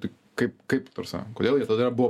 tai kaip kaip ta prasme kodėl jie tada buvo